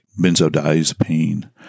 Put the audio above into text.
benzodiazepine